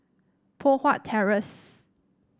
Poh Huat Terrace